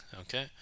Okay